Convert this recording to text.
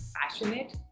passionate